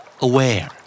Aware